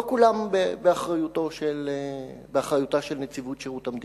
לא כולן באחריותה של נציבות שירות המדינה,